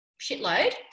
shitload